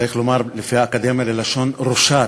צריך לומר לפי האקדמיה ללשון "ראשת",